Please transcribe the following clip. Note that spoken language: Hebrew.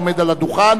העומד על הדוכן,